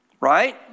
Right